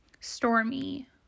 Stormy